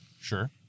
Sure